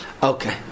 Okay